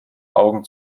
augen